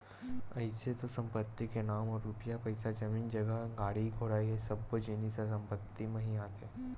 अइसे तो संपत्ति के नांव म रुपया पइसा, जमीन जगा, गाड़ी घोड़ा ये सब्बो जिनिस ह संपत्ति म ही आथे